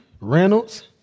Reynolds